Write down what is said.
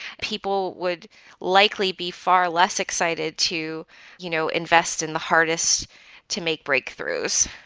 people would likely be far less excited to you know invest in the hardest to make breakthroughs.